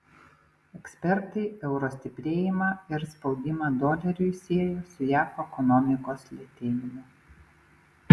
ekspertai euro stiprėjimą ir spaudimą doleriui siejo su jav ekonomikos lėtėjimu